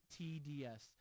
TDS